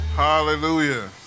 Hallelujah